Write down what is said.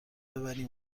ببری